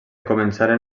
començaren